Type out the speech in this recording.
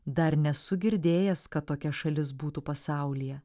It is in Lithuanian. dar nesu girdėjęs kad tokia šalis būtų pasaulyje